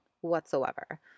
whatsoever